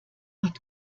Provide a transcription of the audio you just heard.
hat